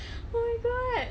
oh my god